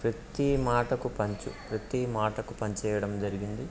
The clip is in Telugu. ప్రతీ మాటకు పంచు ప్రతీ మాటకు పంచ్ వేయడం జరిగింది